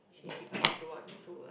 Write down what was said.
change it but they don't want so like